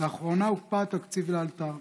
לאחרונה הוקפא התקציב לאלתר.